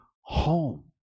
home